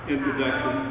introduction